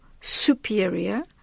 superior